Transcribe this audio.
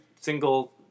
single